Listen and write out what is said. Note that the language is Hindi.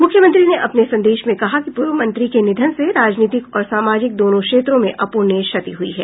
मुख्यमंत्री ने अपने संदेश में कहा कि पूर्व मंत्री के निधन से राजनीतिक और सामाजिक दोनों क्षेत्रों में अपूरणीय क्षति हुई है